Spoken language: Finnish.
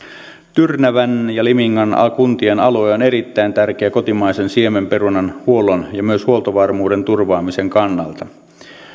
tyrnävän ja limingan kuntien alue on erittäin tärkeä kotimaisen siemenperunan huollon ja myös huoltovarmuuden turvaamisen kannalta